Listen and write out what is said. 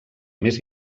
més